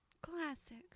classic